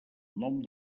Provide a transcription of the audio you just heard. nom